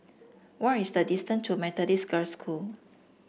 what is the distance to Methodist Girls' School